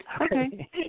Okay